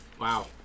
Wow